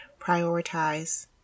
prioritize